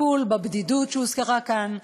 טיפול בבדידות שהוזכרה כאן,